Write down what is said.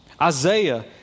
Isaiah